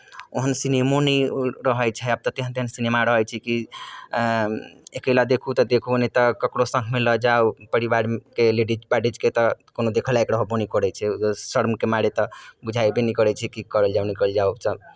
ओहन सिनेमो नहि रहै छै आब तेहन तेहन सिनेमा रहै छै कि अकेला देखू तऽ देखू नहि तऽ ककरो सङ्गमे लऽ जाउ परिवारके लेडिज पाडिजके तऽ कोनो देखय लायक रहबो नहि करैत छै शर्मके मारे तऽ बुझायबे नहि करै छै जे की कयल जाउ नहि कयल जाउ